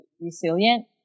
resilient